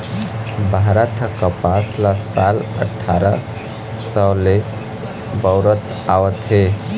भारत ह कपसा ल साल अठारा सव ले बउरत आवत हे